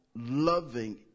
Loving